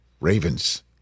Ravens